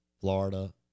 Florida